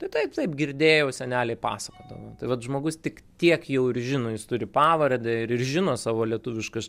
tai taip taip girdėjau seneliai pasakodavo vat žmogus tik tiek jau ir žino jis turi pavardę ir ir žino savo lietuviškas